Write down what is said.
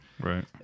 Right